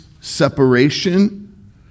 separation